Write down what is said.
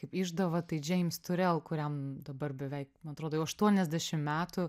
kaip išdava tai čia džeims turel kuriam dabar beveik man atrodo jau aštuoniasdešim metų